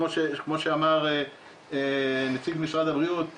כמו שאמר נציג משרד הבריאות,